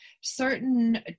certain